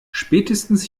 spätestens